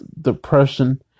depression